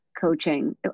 coaching